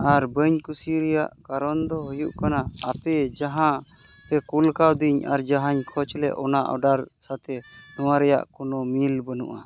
ᱟᱨ ᱵᱟᱹᱧ ᱠᱩᱥᱤ ᱨᱮᱭᱟᱜ ᱠᱟᱨᱚᱱ ᱫᱚ ᱦᱩᱭᱩᱜ ᱠᱟᱱᱟ ᱟᱯᱮ ᱡᱟᱦᱟᱸ ᱯᱮ ᱠᱳᱞ ᱠᱟᱣᱫᱤᱧ ᱟᱨ ᱡᱟᱦᱟᱧ ᱠᱷᱚᱡᱽ ᱞᱮᱱ ᱚᱱᱟ ᱚᱰᱟᱨ ᱥᱟᱛᱮ ᱱᱚᱣᱟ ᱨᱮᱭᱟᱜ ᱠᱳᱱᱳ ᱢᱤᱞ ᱵᱟᱹᱱᱩᱜᱼᱟ